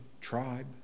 tribe